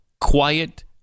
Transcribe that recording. quiet